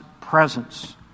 presence